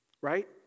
Right